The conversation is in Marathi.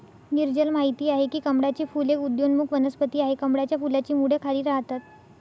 नीरजल माहित आहे की कमळाचे फूल एक उदयोन्मुख वनस्पती आहे, कमळाच्या फुलाची मुळे खाली राहतात